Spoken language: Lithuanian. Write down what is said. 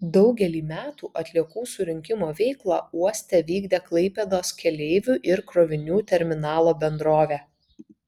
daugelį metų atliekų surinkimo veiklą uoste vykdė klaipėdos keleivių ir krovinių terminalo bendrovė